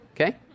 Okay